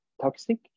toxic